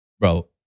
Bro